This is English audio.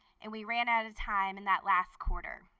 and we ran out of time in that last quarter.